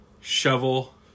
Shovel